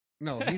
No